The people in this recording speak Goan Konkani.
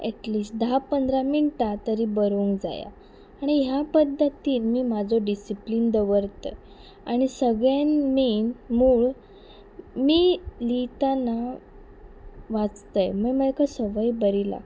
एटलिस्ट धा पंदरा मिनटां तरी बरोवंक जाया आनी ह्या पद्दतीन मी म्हाजो डिसिप्लीन दवरतय आनी सगळ्यान मेन मूळ मी लियताना वाचतय मागीर म्हाका संवय बरी लागता